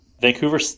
Vancouver